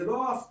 זה לא ההפתעה,